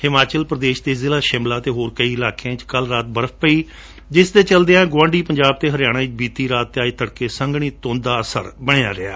ਹਿਮਾਚਲ ਪ੍ਰਦੇਸ਼ ਦੇ ਜਿਲਾ ਸ਼ਿਮਲਾ ਅਤੇ ਹੋਰ ਕਈ ਇਲਾਕਿਆਂ ਵਿਚ ਕਲੁ ਰਾਤ ਬਰਫ ਪਈ ਜਿਸ ਦੇ ਚਲਦਿਆਂ ਗੁਆਂਢੀ ਪੰਜਾਬ ਅਤੇ ਹਰਿਆਣਾ ਵਿਚ ਬੀਤੀ ਰਾਤ ਅਤੇ ਅੱਜ ਤੜਕੇ ਸੰਘਣੀ ਧੂੰਦ ਦਾ ਅਸਰ ਬਣਿਆ ਰਿਹਾ